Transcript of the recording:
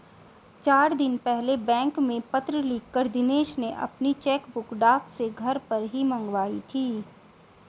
चार दिन पहले बैंक में पत्र लिखकर दिनेश ने अपनी चेकबुक डाक से घर ही पर मंगाई थी